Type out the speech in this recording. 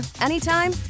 anytime